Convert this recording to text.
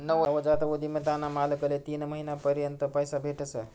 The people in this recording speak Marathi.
नवजात उधिमताना मालकले तीन महिना पर्यंत पैसा भेटस